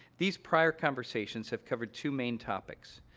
these prior conversations have covered two main topics.